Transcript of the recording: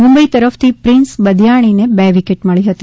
મુંબઇ તરફથી પ્રિન્સ બદીયાણીને બે વિકેટ મળી હતી